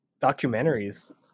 documentaries